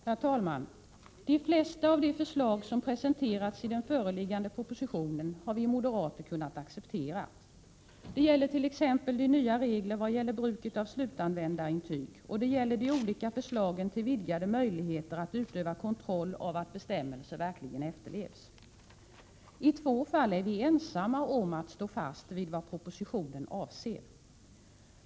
Herr talman! De flesta av de förslag som presenterats i den föreliggande propositionen har vi moderater kunnat acceptera. Det gäller t.ex. nya regler i fråga om bruket av slutanvändarintyg och de olika förslagen till vidgade möjligheter att utöva kontroll av att bestämmelser verkligen efterlevs. I två fall är vi ensamma om att stå fast vid vad propositionen avser.